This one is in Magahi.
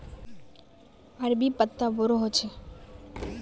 अरबी पत्ता बोडो होचे